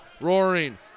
Roaring